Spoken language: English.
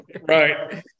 Right